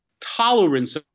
tolerance